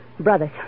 brothers